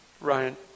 Ryan